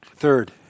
Third